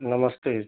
नमस्ते